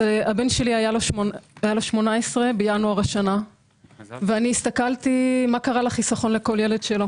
הבן שלי היה לו 18 בינואר השנה והסתכלתי מה קרה לחיסכון לכל ילד שלו,